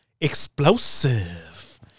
explosive